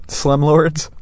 slumlords